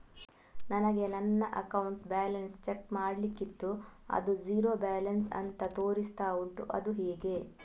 ನನಗೆ ನನ್ನ account balance check ಮಾಡ್ಲಿಕ್ಕಿತ್ತು ಅದು ಝೀರೋ ಬ್ಯಾಲೆನ್ಸ್ ಅಂತ ತೋರಿಸ್ತಾ ಉಂಟು ಅದು ಹೇಗೆ?